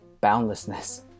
Boundlessness